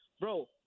bro